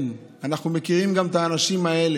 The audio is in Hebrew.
כן, אנחנו מכירים גם את האנשים האלה,